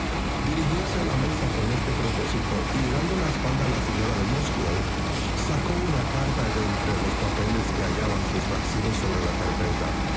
dirigióse a la mesa con este propósito y dando la espalda a la señora de musgrove sacó una carta de entre los papeles que hallábanse esparcidos sobre la carpeta